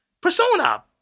Persona